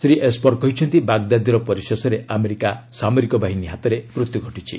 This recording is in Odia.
ଶ୍ରୀ ଏସ୍ପର୍ କହିଛନ୍ତି ବାଗଦାଦିର ପରିଶେଷରେ ଆମେରିକା ସାମରିକ ବାହିନୀ ହାତରେ ମୃତ୍ୟୁ ଘଟିଛି